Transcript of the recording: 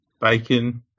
Bacon